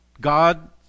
God